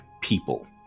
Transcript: people